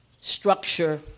structure